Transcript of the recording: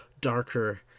darker